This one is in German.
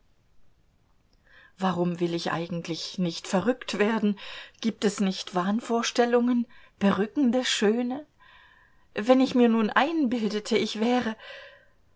warum will ich eigentlich nicht verrückt werden gibt es nicht wahnvorstellungen berückende schöne wenn ich mir nun einbildete ich wäre